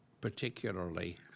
particularly